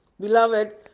Beloved